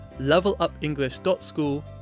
levelupenglish.school